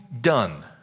done